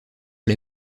les